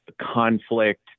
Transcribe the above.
conflict